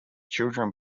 children